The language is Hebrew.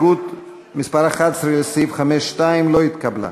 60. הסתייגות מס' 11 לסעיף 5(2) לא התקבלה.